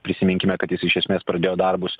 prisiminkime kad jis iš esmės pradėjo darbus